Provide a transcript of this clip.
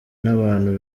n’abantu